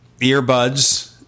earbuds